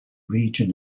region